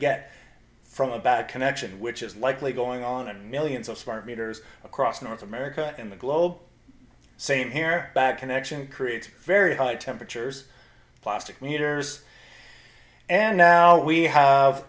get from a bad connection which is likely going on and millions of smart meters across north america in the globe same here bad connection create very high temperatures plastic meters and now we have